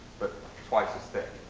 but twice as thick.